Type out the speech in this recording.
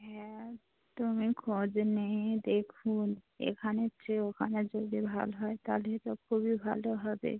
হ্যাঁ তুমি খোঁজ নিয়ে দেখুন এখানের চেয়ে ওখানে যদি ভালো হয় তাহলে তো খুবই ভালো হবে